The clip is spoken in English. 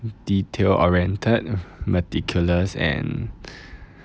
detail oriented meticulous and